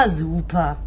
super